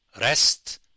Rest